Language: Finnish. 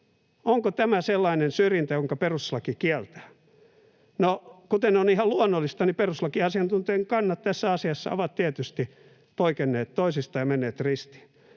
Onko tämä sellainen syrjintä, jonka perustuslaki kieltää? Kuten on ihan luonnollista, perustuslakiasiantuntijoiden kannat tässä asiassa ovat tietysti poikenneet toisistaan ja menneet ristiin.